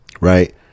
right